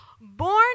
born